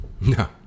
No